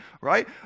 right